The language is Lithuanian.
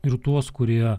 ir tuos kurie